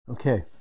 Okay